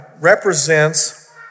represents